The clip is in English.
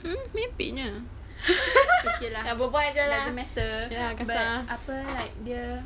mm merepeknya doesn't matter like apa like dia